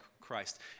Christ